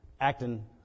acting